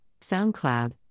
SoundCloud